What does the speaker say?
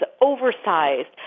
oversized